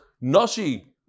Nashi